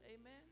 Amen